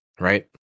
right